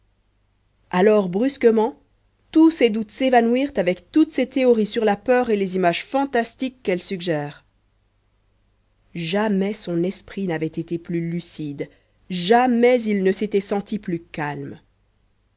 alors brusquement tous ses doutes s'évanouirent avec toutes ses théories sur la peur et les images fantastiques qu'elle suggère jamais son esprit n'avait été plus lucide jamais il ne s'était senti plus calme